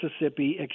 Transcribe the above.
Mississippi